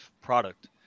product